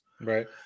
Right